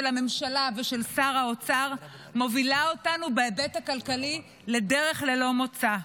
הממשלה ושל שר האוצר מובילים אותנו בהיבט הכלכלי לדרך ללא מוצא.